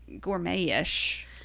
gourmet-ish